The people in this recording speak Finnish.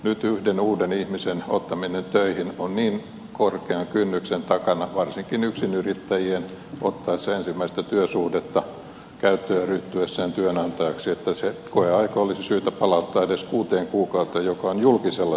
nyt yhden uuden ihmisen ottaminen töihin on niin korkean kynnyksen takana varsinkin yksinyrittäjien ottaa se ensimmäinen työsuhde käyttöön ja ryhtyä työnantajaksi että se koeaika olisi syytä palauttaa edes kuuteen kuukauteen joka on julkisella sektorilla